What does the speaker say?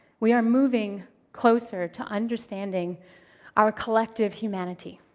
we are moving closer to understanding our collective humanity.